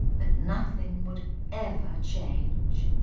that nothing would ever change,